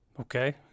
Okay